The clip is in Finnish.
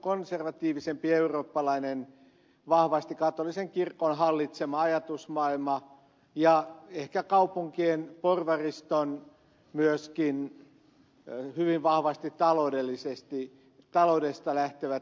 konservatiivisempi eurooppalainen vahvasti katolisen kirkon hallitsema ajatusmaailma ja ehkä kaupunkien porvariston myöskin hyvin vahvasti taloudesta lähtevät intressit